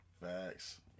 Facts